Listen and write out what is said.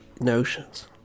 notions